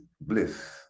bliss